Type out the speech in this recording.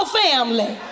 family